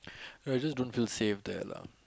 I just don't feel safe there lah